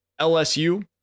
LSU